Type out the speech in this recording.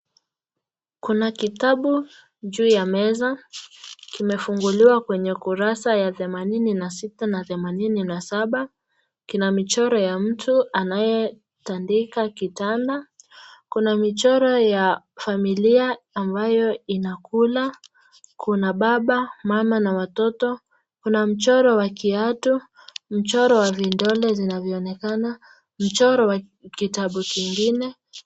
Kuna kitabu juu ya meza kimefunguliwa kwenye kurasa ya themanini na themanini na saba kina michoro ya mtu anayetandika kitanda. Kuna michoro ya familia ambayo inakula kuna baba mama na watoto. Kuna mchoro wa kiatu, mchoro wa vidole zinavyoonekana, mchoro wa kitabu kingine.